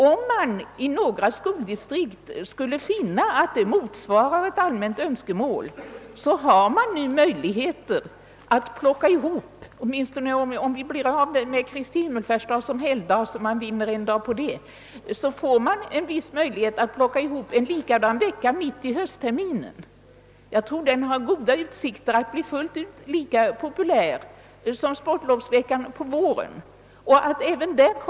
Om man i några skoldistrikt skulle finna att det motsvarar ett allmänt önskemål, får man nu möjlighet — i varje fall om man blir av med Kristi Himmelsfärdsdag som helgdag — att plocka ihop en lovvecka även till höstterminen. Jag tror att en sådan lovvecka har goda utsikter att bli fullt ut lika populär som sportlovsveckan på våren.